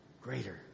greater